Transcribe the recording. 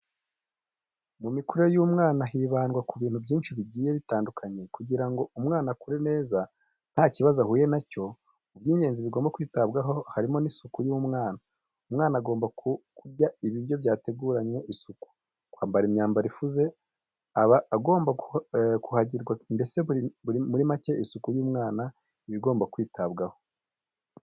Mu mikurire y'umwana hibandwa ku bintu byinshi bigiye bitandukanye kugira ngo umwana akure neza nta kibazo ahuye na cyo, mu by'ingenzi bigomba kwitabwaho harimo n'isuku y'umwana. Umwana agomba kurya ibiryo byateguranwe isuku, kwambara imyambaro ifuze, aba agomba kuhagirwa mbese muri make isuku y'umwana iba igomba kwitabwaho.